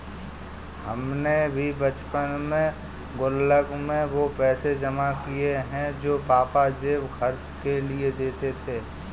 हमने भी बचपन में गुल्लक में वो पैसे जमा किये हैं जो पापा जेब खर्च के लिए देते थे